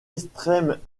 extrême